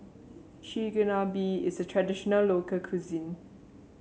chigenabe is a traditional local cuisine